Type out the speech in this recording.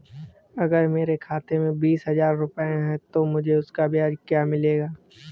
अगर मेरे खाते में बीस हज़ार रुपये हैं तो मुझे उसका ब्याज क्या मिलेगा?